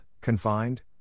confined